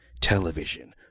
television